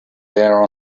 there